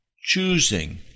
choosing